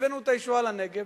הבאנו את הישועה לנגב,